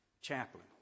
chaplain